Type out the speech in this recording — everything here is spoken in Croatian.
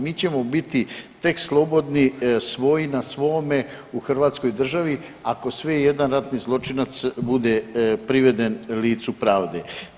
Mi ćemo biti tek slobodni svoj na svome u Hrvatskoj državi ako sve i jedan ratni zločinac bude priveden licu pravde.